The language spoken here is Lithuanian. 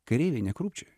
kareiviai nekrūpčioja